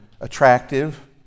attractive